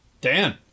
Dan